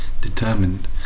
determined